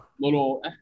little